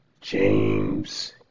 James